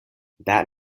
that